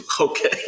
Okay